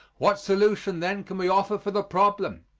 what solution, then, can we offer for the problem?